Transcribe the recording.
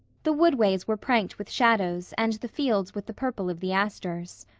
the woodways were pranked with shadows and the fields with the purple of the asters.